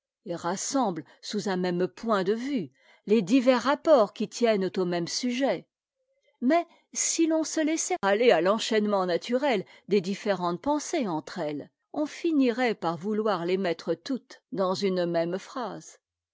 rassemblent sous un même point de vue les divers rapports qui tiennent au même sujet mais si l'on se laissait aller à l'enchaînemént naturel des différentes pensées entre elles on cnirait par vou oir es mettre toutes dans une même phrase